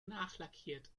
nachlackiert